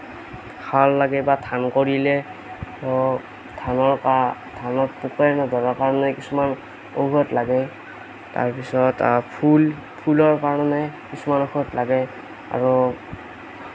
সাৰ লাগে বা ধান কৰিলে ধানৰ কা ধানত পোকে নধৰাৰ কাৰণে কিছুমান ঔষধ লাগে তাৰপিছত ফুল ফুলৰ কাৰণে কিছুমান ঔষধ লাগে আৰু